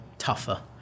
tougher